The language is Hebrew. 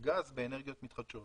גז באנרגיות מתחדשות.